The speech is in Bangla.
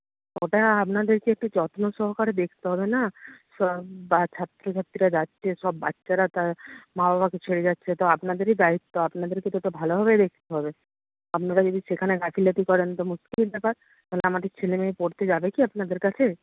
ওটা আপনাদেরকে একটু যত্ন সহকারে দেখতে হবে না সব ছাত্রছাত্রীরা যাচ্ছে সব বাচ্চারা তার মা বাবাকে ছেড়ে যাচ্ছে তো আপনাদেরই দায়িত্ব আপনাদেরকে তো ওটা ভালোভাবে দেখতে হবে আপনারা যদি সেখানে গাফিলতি করেন তো মুশকিল ব্যাপার তাহলে আমাদের ছেলেমেয়ে পড়তে যাবে কি আপনাদের কাছে